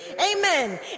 Amen